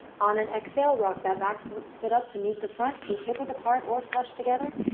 on an exhale, rock that back foot foot up to meet the front, feet hip width apart or flush together.